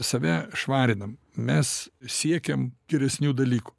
save švarinam mes siekiam geresnių dalykų